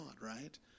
right